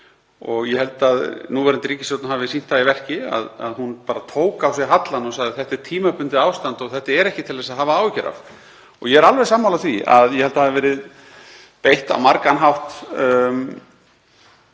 og ég held að núverandi ríkisstjórn hafi sýnt það í verki, hún bara tók á sig hallann og sagði: Þetta er tímabundið ástand og þetta er ekki til að hafa áhyggjur af. Ég er alveg sammála því að hér hafi verið beitt á margan hátt